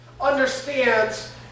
understands